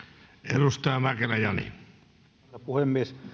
arvoisa puhemies